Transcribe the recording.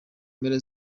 mpera